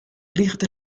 kriget